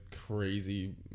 crazy